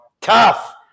Tough